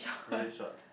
wearing shorts